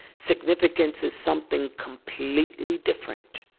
significance is something completely different.